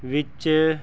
ਵਿੱਚ